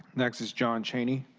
next is john cheney.